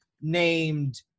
named